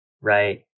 right